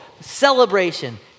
celebration